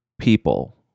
people